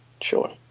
sure